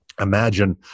Imagine